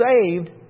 saved